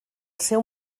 seu